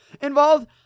involved